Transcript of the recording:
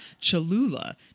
cholula